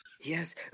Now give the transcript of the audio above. Yes